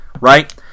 Right